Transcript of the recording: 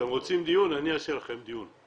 אתם רוצים דיון, אני אעשה לכם דיון.